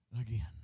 again